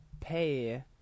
pay